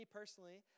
personally